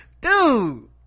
dude